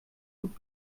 gut